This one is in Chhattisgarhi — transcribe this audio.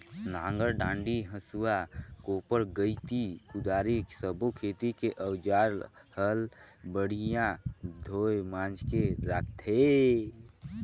नांगर डांडी, हसुआ, कोप्पर गइती, कुदारी सब्बो खेती के अउजार हल बड़िया धोये मांजके राखथे